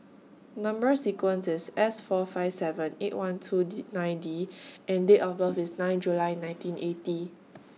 Number sequence IS S four five seven eight one two D nine D and Date of birth IS nine July nineteen eighty